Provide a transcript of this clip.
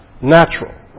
natural